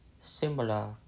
similar